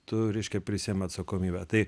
tu reiškia prisiimi atsakomybę tai